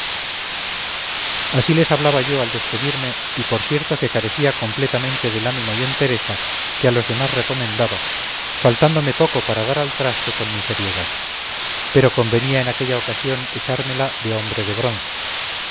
así les hablaba yo al despedirme y por cierto que carecía completamente del ánimo y entereza que a los demás recomendaba faltándome poco para dar al traste con mi seriedad pero convenía en aquella ocasión echármela de hombre de bronce